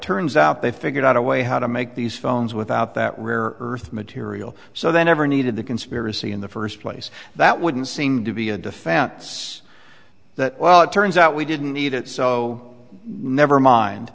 turns out they figured out a way how to make these phones without that rare earth material so they never needed the conspiracy in the first place that wouldn't seem to be a defense that well it turns out we didn't need it so nevermind